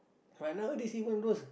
but nowadays even those